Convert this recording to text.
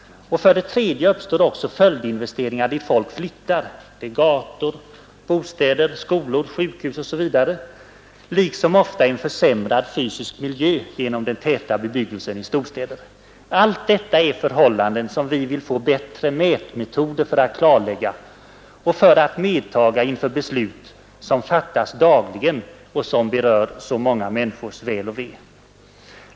Slutligen uppstår det också följdinvesteringar dit folk flyttar — gator, bostäder, skolor, sjukhus osv. — liksom ofta en försämrad fysisk miljö genom den täta bebyggelsen i storstäderna. Allt detta är förhållanden som vi vill få bättre mätmetoder för att klarlägga och för att medtaga inför beslut som fattas dagligen och som berör så många människors väl och ve.